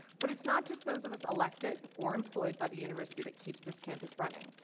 but it's not just those of us elected or employed by the university that keeps this campus running.